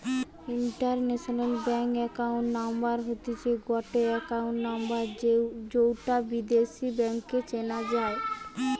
international bank account number হতিছে গটে account number যৌটা বিদেশী ব্যাংকে চেনা যাই